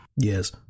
Yes